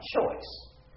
choice